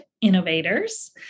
Innovators